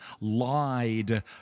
lied